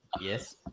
Yes